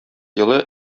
елы